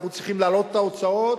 אנחנו צריכים להעלות את ההוצאות,